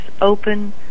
open